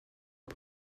est